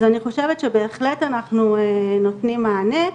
אז אני חושבת שבהחלט אנחנו נותנים מענה.